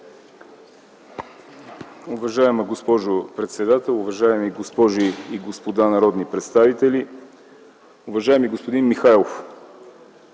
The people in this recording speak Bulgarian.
Уважаема госпожо председател, уважаеми госпожи и господа народни представители! Уважаеми господин Великов,